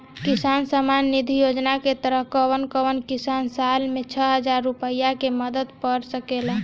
किसान सम्मान निधि योजना के तहत कउन कउन किसान साल में छह हजार रूपया के मदद पा सकेला?